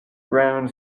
ground